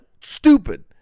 stupid